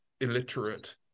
illiterate